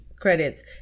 Credits